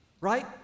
right